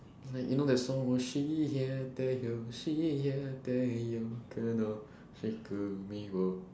I'm like you know that song